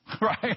Right